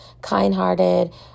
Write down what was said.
kind-hearted